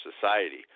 society